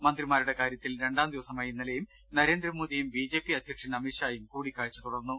മന്ത്രിമാരുടെ കാരൃത്തിൽ രണ്ടാം ദിവസമായ ഇന്നലെയും നരേന്ദ്രമോദിയും ബിജെപി അധ്യക്ഷൻ അമിത്ഷായും കൂടിക്കാഴ്ച്ച തുടർന്നു